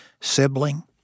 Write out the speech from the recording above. sibling